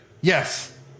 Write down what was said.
Yes